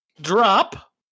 drop